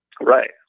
Right